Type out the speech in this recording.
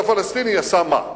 והצד הפלסטיני עשה, מה?